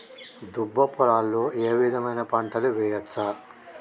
దుబ్బ పొలాల్లో ఏ విధమైన పంటలు వేయచ్చా?